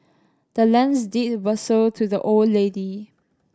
the land's deed was sold to the old lady